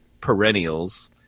perennials